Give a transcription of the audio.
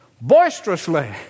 boisterously